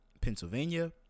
pennsylvania